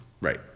Right